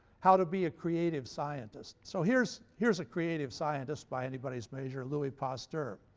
how to be a creative scientist. so here's here's a creative scientist by anybody's measure, louis pasteur.